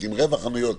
נותנים רבע חנויות,